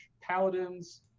Paladins